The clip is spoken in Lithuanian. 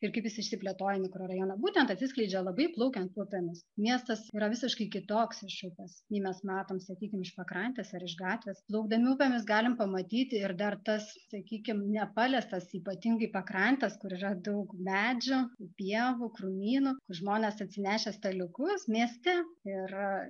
ir kaip jis išsiplėtoja mikrorajone būtent atsiskleidžia labai plaukiant upėmis miestas yra visiškai kitoks šitas nei mes matom sakykim iš pakrantės ar iš gatvės plaukdami upėmis galim pamatyti ir dar tas sakykim nepaliestas ypatingai pakrantes kur yra daug medžių pievų krūmynų kur žmonės atsinešę staliukus mieste ir